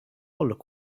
look